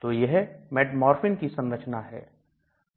तो यह मेटफॉर्मिन की संरचना है